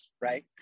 right